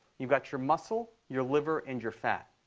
you've got your muscle, your liver, and your fat.